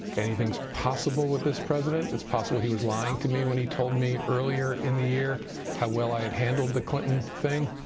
anything's possible with this president. it's possible he was lying to me when he told me earlier in the year how well i had handled the clinton thing.